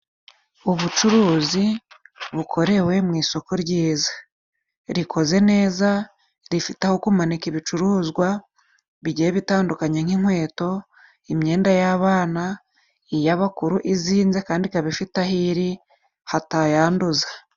Ubucuruzi bukorewe mu isoko ryiza, rikoze neza rifite aho kumanika ibicuruzwa bigiye bitandukanye nk'inkweto, imyenda y'abana, iy'abakuru izinze, kandi ikaba ifite aho iri hatayanduza.